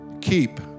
keep